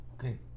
Okay